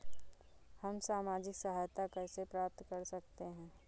हम सामाजिक सहायता कैसे प्राप्त कर सकते हैं?